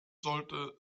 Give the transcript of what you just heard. sollte